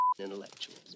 intellectuals